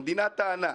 המדינה טענה.